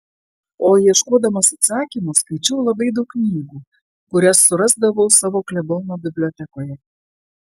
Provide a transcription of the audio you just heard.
o ieškodamas atsakymų skaičiau labai daug knygų kurias surasdavau savo klebono bibliotekoje